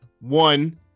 One